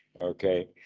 Okay